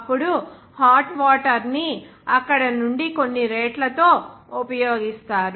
అప్పుడు hot water ని అక్కడ నుండి కొన్ని రేట్లతో ఉపయోగిస్తారు